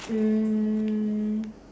um